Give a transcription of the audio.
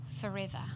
forever